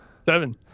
Seven